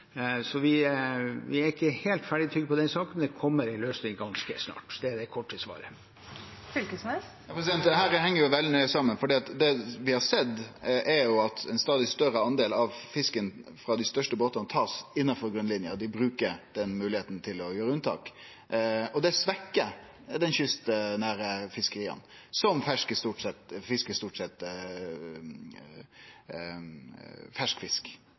Vi er ikke helt ferdigtygd på den saken, men det kommer en løsning ganske snart. Det er det korte svaret. Dette heng veldig nøye saman, for det vi har sett, er at ein stadig større del av fisken frå dei største båtane blir tatt innanfor grunnlinja. Dei brukar den moglegheita til å gjere unntak. Det svekkjer dei kystnære fiskeria, som stort sett